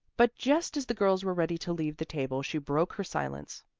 but just as the girls were ready to leave the table she broke her silence.